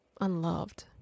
unloved